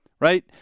right